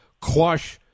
quash